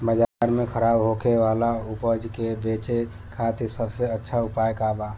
बाजार में खराब होखे वाला उपज के बेचे खातिर सबसे अच्छा उपाय का बा?